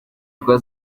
kugira